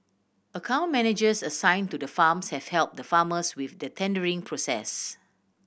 account managers assign to the farms have help the farmers with the tendering process